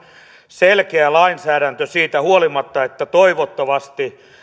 selkeä lainsäädäntö siitä huolimatta että toivottavasti